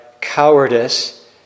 cowardice